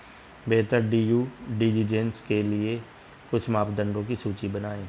बेहतर due diligence के लिए कुछ मापदंडों की सूची बनाएं?